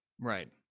Right